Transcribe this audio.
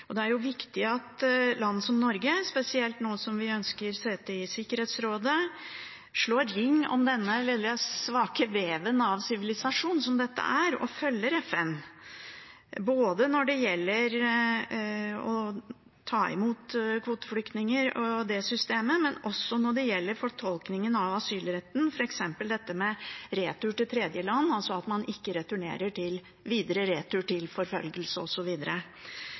Det er viktig at land som Norge, spesielt nå som vi ønsker sete i Sikkerhetsrådet, slår ring om denne veldig svake veven av sivilisasjon som dette er, og følger FN både når det gjelder å ta imot kvoteflyktninger og det systemet, og også når det gjelder fortolkningen av asylretten, f.eks. dette med retur til tredjeland, altså at man ikke har videre retur til forfølgelse